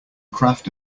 craft